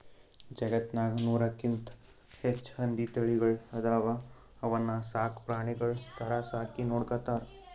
ಜಗತ್ತ್ನಾಗ್ ನೂರಕ್ಕಿಂತ್ ಹೆಚ್ಚ್ ಹಂದಿ ತಳಿಗಳ್ ಅದಾವ ಅವನ್ನ ಸಾಕ್ ಪ್ರಾಣಿಗಳ್ ಥರಾ ಸಾಕಿ ನೋಡ್ಕೊತಾರ್